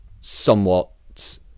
somewhat